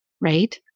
right